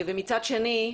ומצד שני,